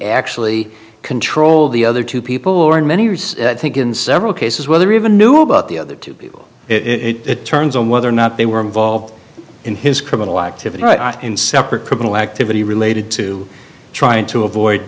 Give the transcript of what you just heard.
actually control the other two people or in many years i think in several cases whether even knew about the other two people it turns on whether or not they were involved in his criminal activity right in separate criminal activity related to trying to avoid